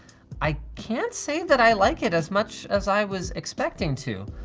i can't say that i like it as much as i was expecting to.